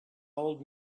old